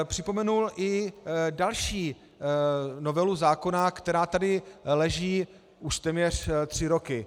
Připomenul bych tady i další novelu zákona, která tady leží už téměř tři roky.